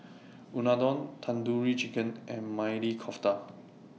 Unadon Tandoori Chicken and Maili Kofta